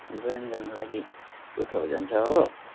join गर्नको लागि two thousand छ हो